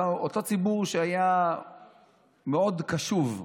אותו ציבור שהיה מאוד קשוב,